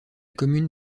commune